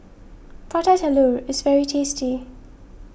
Prata Telur is very tasty